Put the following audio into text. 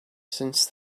since